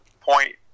point